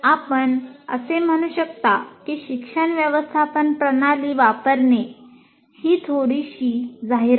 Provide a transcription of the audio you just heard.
आपण असे म्हणू शकता की शिक्षण व्यवस्थापन प्रणाली वापरणे ही थोडीशी जाहिरात आहे